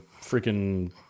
freaking